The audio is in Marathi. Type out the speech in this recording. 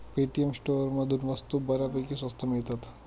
पेटीएम स्टोअरमधून वस्तू बऱ्यापैकी स्वस्त मिळतात